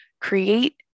create